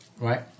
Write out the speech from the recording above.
Right